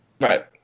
Right